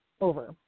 over